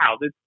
wow